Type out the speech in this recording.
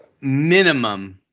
Minimum